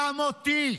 גם אותי,